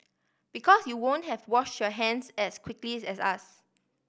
because you won't have wash your hands as quickly as us